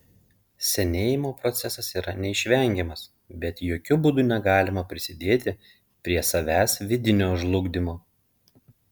senėjimo procesas yra neišvengiamas bet jokiu būdu negalima prisidėti prie savęs vidinio žlugdymo